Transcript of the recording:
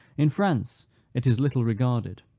in france it is little regarded.